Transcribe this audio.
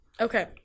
Okay